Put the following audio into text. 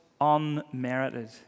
unmerited